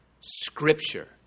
Scripture